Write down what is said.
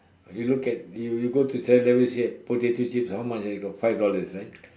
you look at you you go to seven eleven see the potato chips how much then you know like five dollars right